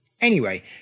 Anyway